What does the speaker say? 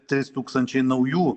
trys tūkstančiai naujų